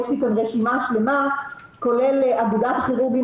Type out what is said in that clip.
יש לי כאן רשימה שלמה כולל אגודת הכירורגים